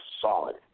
solid